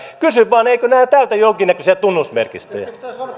kysyn vain eivätkö nämä täytä jonkinnäköisiä tunnusmerkistöjä